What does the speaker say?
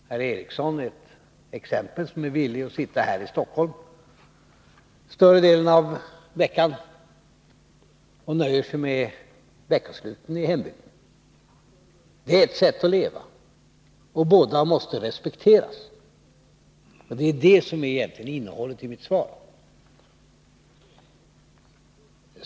Herr Eriksson är exempel på den typ av människa som är villig att sitta här i Stockholm större delen av veckan och nöjer sig med veckosluten i hembygden. Det är ett sätt att leva — och båda måste respekteras. Det är det som egentligen är innehållet i mitt svar.